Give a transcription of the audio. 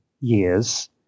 years